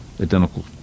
identical